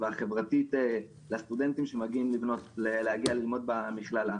והחברתית לסטודנטים שמגיעים ללמוד במכללה.